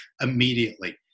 immediately